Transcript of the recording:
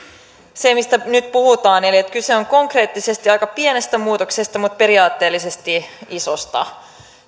sen mistä nyt puhutaan eli kyse on konkreettisesti aika pienestä muutoksesta mutta periaatteellisesti isosta